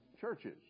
churches